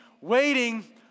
waiting